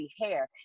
hair